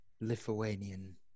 Lithuanian